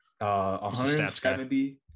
170